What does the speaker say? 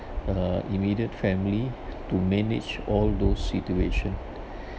uh immediate family to manage all those situation